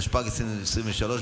התשפ"ג 2023,